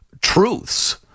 truths